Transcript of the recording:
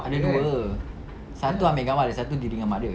ada dua satu ambil gambar satu diri dengan mak dia